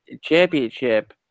championship